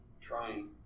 trying